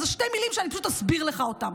אז אלו שתי מילים שאני פשוט אסביר לך אותן.